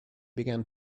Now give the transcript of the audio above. began